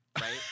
Right